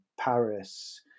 Paris